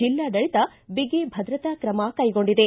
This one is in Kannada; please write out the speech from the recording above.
ಜಿಲ್ಲಾಡಳಿತ ಬಿಗಿ ಭದ್ರತಾ ತ್ರಮ ಕೈಗೊಂಡಿದೆ